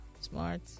smart